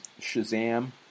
Shazam